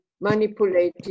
manipulated